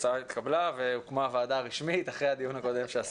ההצעה התקבלה והוקמה ועדה רשמית אחרי הדיון הקודם שעשינו.